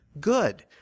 good